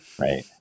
Right